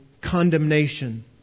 condemnation